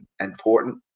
important